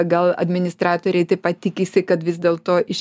gal administratoriai taip pat tikisi kad vis dėlto iš